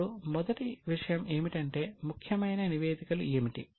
ఇప్పుడు మొదటి విషయం ఏమిటంటే ముఖ్యమైన నివేదికలు ఏమిటి